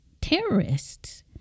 terrorists